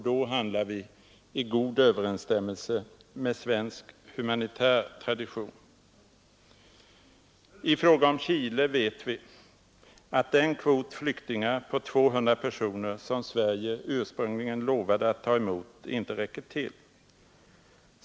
Då handlar vi i god överensstämmelse med svensk humanitär tradition. I fråga om Chile vet vi att den kvot flyktingar på 200 personer som Sverige ursprungligen lovade att ta emot inte räcker till.